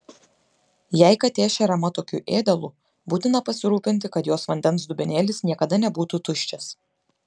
jei katė šeriama tokiu ėdalu būtina pasirūpinti kad jos vandens dubenėlis niekada nebūtų tuščias